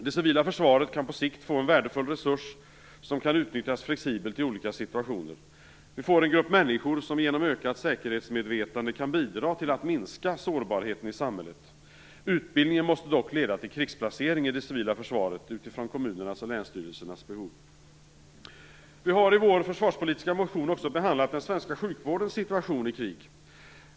Det civila försvaret kan på sikt få en värdefull resurs, som kan utnyttjas flexibelt i olika situationer. Vi får en grupp människor som genom ökat säkerhetsmedvetande kan bidra till att minska sårbarheten i samhället. Utbildningen måste dock leda till krigsplacering i det civila försvaret utifrån kommunernas och länsstyrelsernas behov. Vi har i vår försvarspolitiska motion också behandlat den svenska sjukvårdens situation i krig.